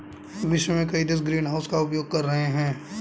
विश्व के कई देश ग्रीनहाउस का उपयोग कर रहे हैं